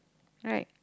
right